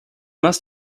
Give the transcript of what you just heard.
must